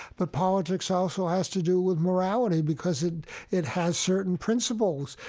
but politics also has to do with morality, because it it has certain principles,